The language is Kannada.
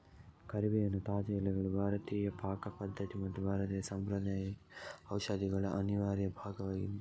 ಕರಿಬೇವಿನ ತಾಜಾ ಎಲೆಗಳು ಭಾರತೀಯ ಪಾಕ ಪದ್ಧತಿ ಮತ್ತು ಭಾರತೀಯ ಸಾಂಪ್ರದಾಯಿಕ ಔಷಧಿಗಳ ಅನಿವಾರ್ಯ ಭಾಗವಾಗಿದೆ